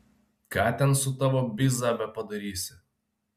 ką ten su tavo biza bepadarysi